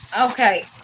Okay